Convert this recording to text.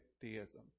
theism